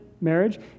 marriage